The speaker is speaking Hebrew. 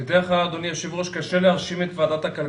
אני מודה לחברי הכנסת שמשתתפים איתנו